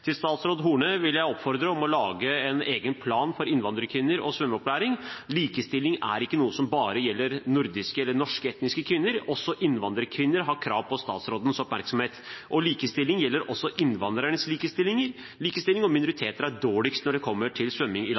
vil oppfordre statsråd Horne til å lage en egen plan for innvandrerkvinner og svømmeopplæring. Likestilling er ikke noe som bare gjelder nordiske eller etnisk norske kvinner, også innvandrerkvinner har krav på statsrådens oppmerksomhet, og likestilling gjelder også innvandrernes likestilling, og minoriteter er dårligst i landet når det gjelder svømming.